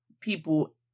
people